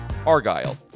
argyle